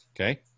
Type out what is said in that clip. Okay